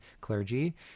clergy